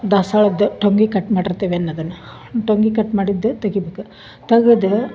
ದಾಸ್ವಾಳದ್ದು ಟೊಂಗಿ ಕಟ್ ಮಾಡಿರ್ತೀವಿ ಏನು ಅದನ್ನ ಟೊಂಗಿ ಕಟ್ ಮಾಡಿದ್ದು ತೆಗಿಬೇಕು ತಗದು